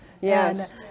Yes